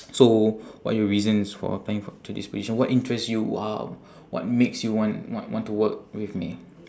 so what are your reasons for applying for to this position what interests you !wow! what makes you want wa~ want to work with me